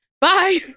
bye